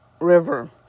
river